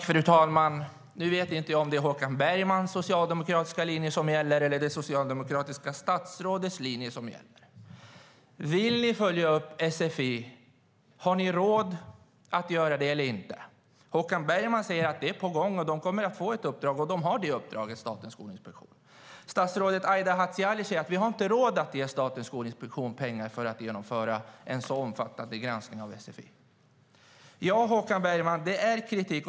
Fru talman! Nu vet jag inte om det är Håkan Bergmans socialdemokratiska linje som gäller eller om det är statsrådets socialdemokratiska linje. Vill ni följa upp sfi? Har ni råd att göra det eller inte? Håkan Bergman säger att det är på gång, att Statens skolinspektion har det uppdraget. Statsrådet Aida Hadzialic säger att vi inte har råd att ge Statens skolinspektion pengar för att genomföra en sådan omfattande granskning av sfi. Ja, Håkan Bergman, det finns kritik.